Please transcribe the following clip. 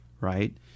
right